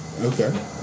Okay